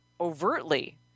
overtly